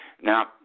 Now